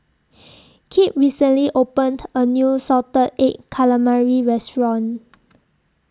Kipp recently opened A New Salted Egg Calamari Restaurant